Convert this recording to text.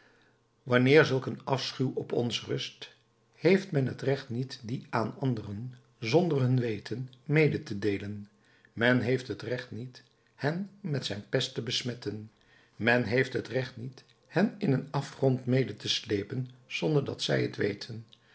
wanneer zulk een afschuw op ons rust heeft men het recht niet dien aan anderen zonder hun weten mede te deelen men heeft het recht niet hen met zijn pest te besmetten men heeft het recht niet hen in zijn afgrond mede te sleepen zonder dat zij t weten